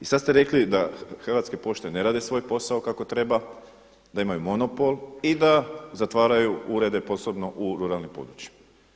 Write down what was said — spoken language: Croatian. I sad ste rekli da Hrvatske pošte ne rade svoj posao kako treba, da imaju monopol i da zatvaraju urede posebno u ruralnim područjima.